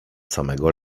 samego